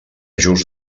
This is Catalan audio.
just